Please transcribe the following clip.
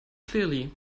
clearly